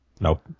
Nope